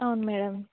అవును మేడం